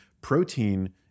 Protein